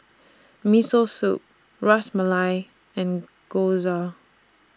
Miso Soup Ras Malai and Gyoza